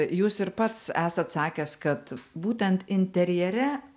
jūs ir pats esat sakęs kad būtent interjere